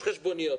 יש חשבוניות